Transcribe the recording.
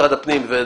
הפנים